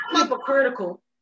hypocritical